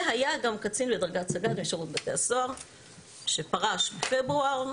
והיה גם קצין בדרגת סג"ד משירות בתי הסוהר שפרש בפברואר.